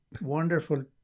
wonderful